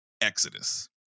exodus